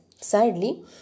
sadly